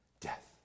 Death